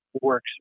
works